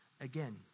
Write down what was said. again